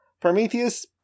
Prometheus